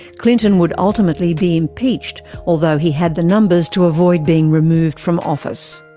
clinton would ultimately be impeached, although he had the numbers to avoid being removed from office.